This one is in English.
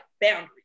boundaries